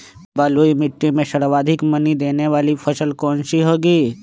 बलुई मिट्टी में सर्वाधिक मनी देने वाली फसल कौन सी होंगी?